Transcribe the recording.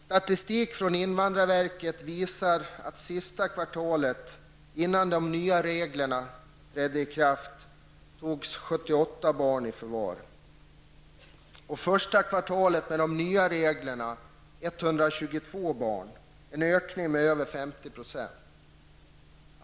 Statistik från invandrarverket visar, att under det sista kvartalet innan de nya reglerna trädde i kraft togs 78 barn i förvar och under det första kvartalet med de nya reglerna 122 barn -- en ökning med över 50 %.